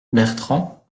bertrand